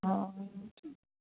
ਹਾਂ